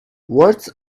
words